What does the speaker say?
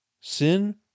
sin